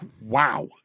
wow